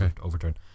overturn